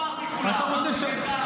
לא אמרתי "כולם", אמרתי "חלקם".